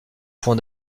fond